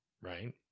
Right